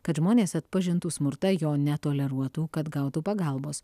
kad žmonės atpažintų smurtą jo netoleruotų kad gautų pagalbos